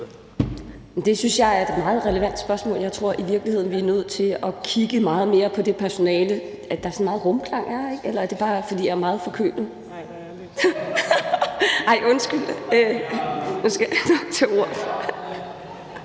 Det synes jeg er et meget relevant spørgsmål. Jeg tror i virkeligheden, vi er nødt til at kigge meget mere på det med personale ... der er sådan meget rumklang, er her ikke? Eller er det bare, fordi jeg er meget forkølet? Men det er et